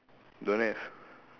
don't have